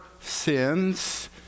sins